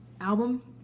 album